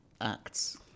acts